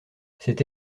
cette